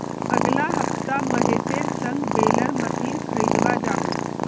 अगला हफ्ता महेशेर संग बेलर मशीन खरीदवा जामु